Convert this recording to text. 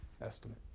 estimate